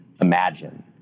imagine